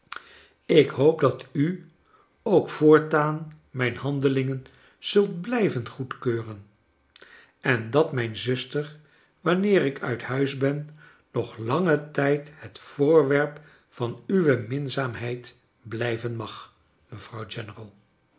ik hoop dat u ook voortaan mijn handelingen zult blijven goedkeuren en dat mijn zuster wanneer ik uit huis ben nog langen tijd het voorwerp van uwe minzaamheid blijven mag mevrouw general